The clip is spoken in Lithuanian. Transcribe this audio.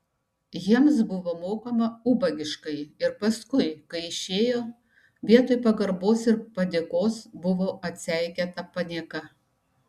jiems buvo mokama ubagiškai ir paskui kai išėjo vietoj pagarbos ir padėkos buvo atseikėta panieka